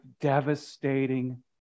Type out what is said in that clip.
devastating